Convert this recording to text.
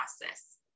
process